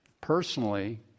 personally